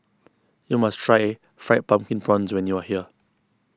you must try Fried Pumpkin Prawns when you are here